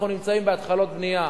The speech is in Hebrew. אנחנו נמצאים בהתחלות בנייה